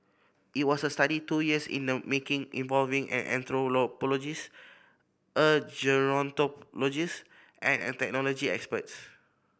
it was a study two years in the making involving an anthropologist a gerontologist and a technology experts